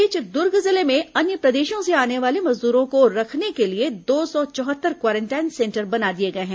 इस बीच दुर्ग जिले में अन्य प्रदेशों से आने वाले मजदूरों को रखने के लिए दो सौ चौहत्तर क्वारेंटाइन सेंटर बना दिए गए हैं